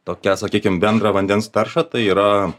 tokią sakykim bendrą vandens taršą tai yra